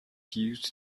used